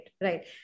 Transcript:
right